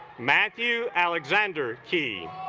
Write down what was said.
matthew alexander key